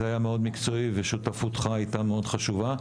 היה מקצועי מאוד והשתתפותך הייתה חשובה מאוד.